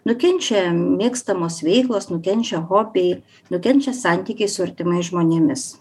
nukenčia mėgstamos veiklos nukenčia hobiai nukenčia santykiai su artimais žmonėmis